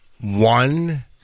One